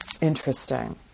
Interesting